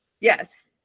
Yes